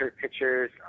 pictures